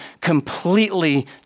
completely